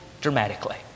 dramatically